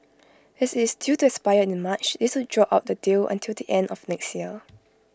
as IT is due to expire in March this would draw out the deal until the end of next year